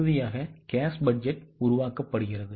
இறுதியாக cash budget உருவாக்கப்படுகிறது